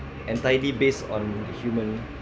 and tidy based on human